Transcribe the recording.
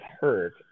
hurt